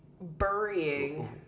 burying